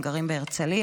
הם גרים בהרצליה,